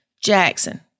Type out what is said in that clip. Jackson